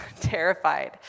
terrified